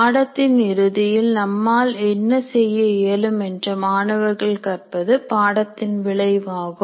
பாடத்தின் இறுதியில் நம்மால் என்ன செய்ய இயலும் என்று மாணவர்கள் கற்பது பாடத்தின் விளைவாகும்